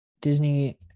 Disney